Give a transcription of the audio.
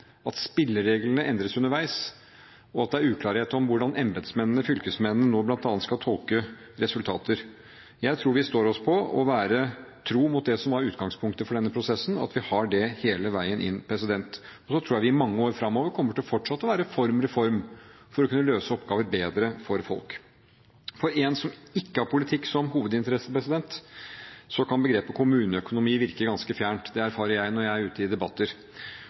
at spillereglene endres underveis, og det er uklarhet om hvordan embetsmennene, fylkesmennene, nå bl.a. skal tolke resultater. Jeg tror vi står oss på å være tro mot det som var utgangspunktet for denne prosessen, og at vi er det hele veien inn. Og så tror jeg at vi i mange år framover fortsatt kommer til å være for en reform for å kunne løse oppgaver bedre for folk. For en som ikke har politikk som hovedinteresse, kan begrepet «kommuneøkonomi» virke ganske fjernt. Det erfarer jeg når jeg er ute i debatter.